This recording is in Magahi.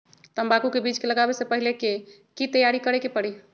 तंबाकू के बीज के लगाबे से पहिले के की तैयारी करे के परी?